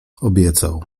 obiecał